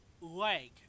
leg